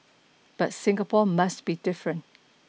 but Singapore must be different